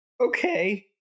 Okay